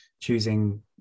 choosing